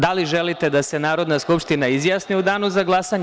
Da li želite da se Narodna skupština izjasni u Danu za glasanje?